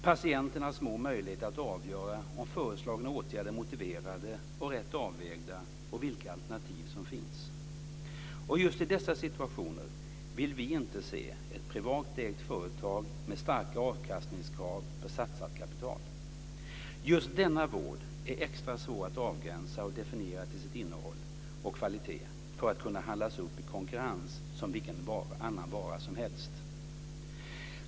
Patienten har små möjligheter att avgöra om föreslagna åtgärder är motiverade och rätt avvägda och vilka alternativ som finns. Och just i dessa situationer vill vi inte se ett privat ägt företag med starka avkastningskrav på satsat kapital. Just denna vård är extra svår att avgränsa och definiera till sitt innehåll och vad gäller kvalitet och kan inte handlas upp i konkurrens som vilken annan vara som helst.